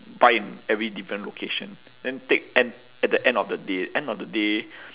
buy every different location then take and at the end of the day end of the day